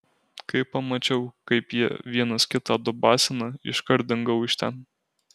kai pamačiau kaip jie vienas kitą dubasina iškart dingau iš ten